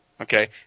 Okay